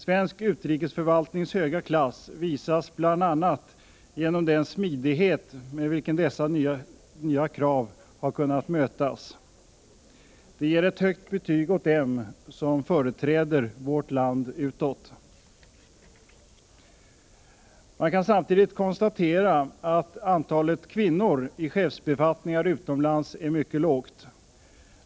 Svensk utrikesförvaltnings höga klass visas bl.a. genom den smidighet med vilken dessa nya krav har kunnat mötas. Det ger ett högt betyg åt dem som företräder vårt land utåt. Man kan samtidigt konstatera att antalet kvinnor i chefsbefattningar utomlands är mycket lågt.